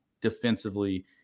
defensively